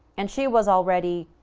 and she was already.